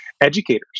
educators